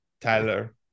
Tyler